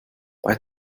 bei